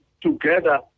together